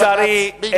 לצערי,